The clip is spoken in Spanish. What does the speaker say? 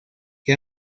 que